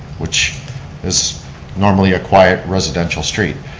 which is normally a quiet residential street.